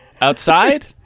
Outside